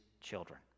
children